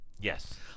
yes